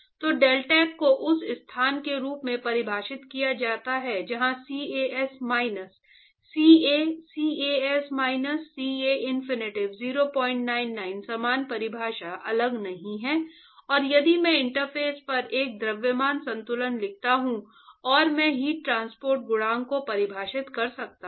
तो deltac को उस स्थान के रूप में परिभाषित किया जाता है जहां CAS minus CA CAS minus CA infinity 099 समान परिभाषा अलग नहीं है और यदि मैं इंटरफ़ेस पर एक द्रव्यमान संतुलन लिखता हूं और मैं हीट ट्रांसपोर्ट गुणांक को परिभाषित कर सकता हूं